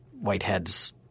Whitehead's